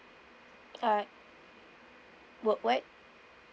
uh work what